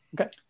Okay